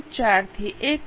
4 થી 1